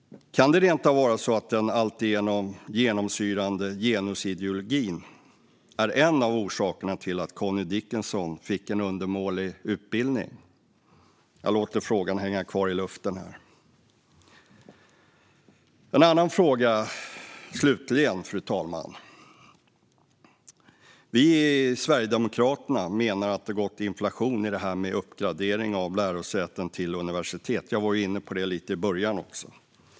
Kan det rent av vara så att den alltigenom genomsyrande genusideologin är en av orsakerna till att Connie Dickinson fick en undermålig utbildning? Jag låter frågan hänga kvar i luften. Slutligen till en annan fråga, fru talman. Vi i Sverigedemokraterna menar att det gått inflation i detta med uppgradering av lärosäten till universitet. Jag var inne lite på det i början.